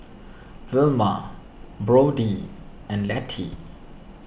Vilma Brody and Letty